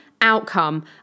outcome